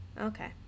Okay